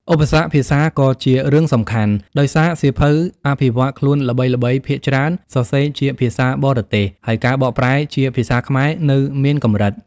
ឧបសគ្គភាសាក៏ជារឿងសំខាន់ ដោយសារសៀវភៅអភិវឌ្ឍខ្លួនល្បីៗភាគច្រើនសរសេរជាភាសាបរទេស ហើយការបកប្រែជាភាសាខ្មែរនៅមានកម្រិត។